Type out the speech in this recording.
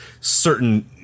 certain